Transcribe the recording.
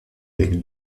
avec